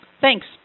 Thanks